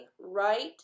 right